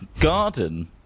garden